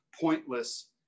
pointless